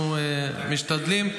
אנחנו משתדלים.